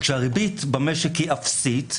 כשהריבית במשק היא אפסית,